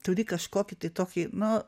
turi kažkokį tai tokį nu